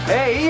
Hey